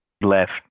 left